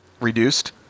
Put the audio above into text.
reduced